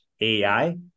AI